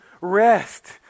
rest